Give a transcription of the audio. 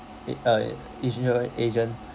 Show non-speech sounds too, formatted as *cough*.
*noise* i~ uh insurance agent